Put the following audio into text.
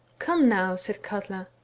come now! said katla,